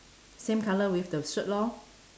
same colour with the shirt lor